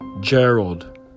gerald